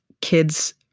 kids